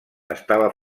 estava